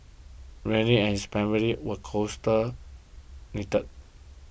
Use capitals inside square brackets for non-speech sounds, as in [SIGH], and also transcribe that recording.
Randy and his family were [UNINTELLIGIBLE] knitted